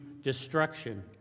destruction